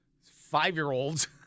five-year-olds